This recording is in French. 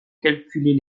calculer